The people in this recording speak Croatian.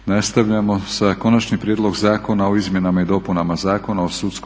Josip (SDP)** Konačni prijedlog zakona o izmjenama i dopunama Zakona o